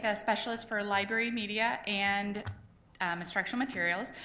ah specialist for library media and um instructional materials.